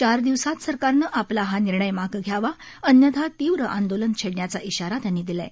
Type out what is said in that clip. चार दिवसात सरकारनं आपला हा निर्णय मागं घ्यावा अन्यथा तीव्र आंदोलन छेडण्याचा इशारा त्यांनी दिला आहे